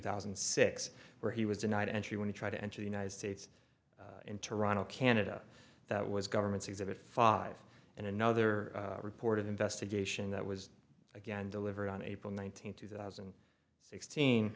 thousand and six where he was denied entry when you try to enter the united states in toronto canada that was government's exhibit five and another report of investigation that was again delivered on april nineteenth two thousand and sixteen